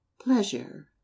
pleasure